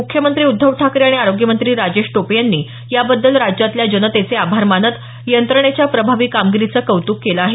मुख्यमंत्री उद्धव ठाकरे आणि आरोग्यमंत्री राजेश टोपे यांनी याबद्दल राज्यातल्या जनतेचे आभार मानत यंत्रणेच्या प्रभावी कामगिरीचं कौत्क केलं आहे